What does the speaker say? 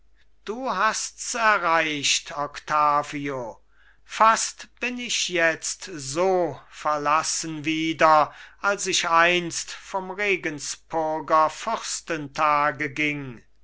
du hasts erreicht octavio fast bin ich jetzt so verlassen wieder als ich einst vom regenspurger fürstentage ging